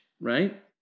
right